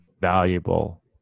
valuable